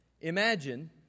imagine